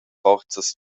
forzas